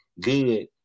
good